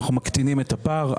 אנחנו מקטינים את הפער.